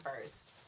first